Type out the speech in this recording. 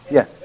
Yes